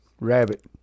Rabbit